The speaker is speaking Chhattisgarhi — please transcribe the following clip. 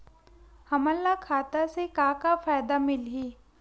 हमन ला खाता से का का फ़ायदा मिलही?